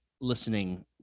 listening